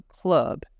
club